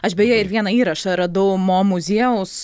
aš beje ir vieną įrašą radau mo muziejaus